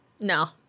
No